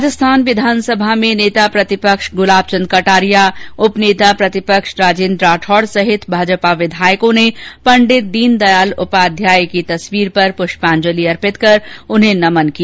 राजस्थान विधानसभा में नेता प्रतिपक्ष गुलावचन्द कटारिया उपनेता प्रतिपक्ष राजेन्द्र राठौड़ सहित भाजपा विधायकों ने पण्डित दीनदयाल उपाध्याय की तस्वीर पर पुष्पांजलि अर्पित कर उन्हें नमन किया